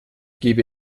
gebe